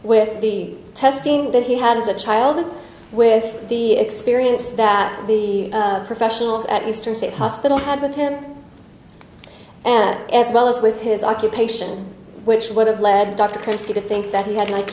with the testing that he had as a child with the experience that the professionals at eastern state hospital had with him and as well as with his occupation which would have led dr christie to think that he had like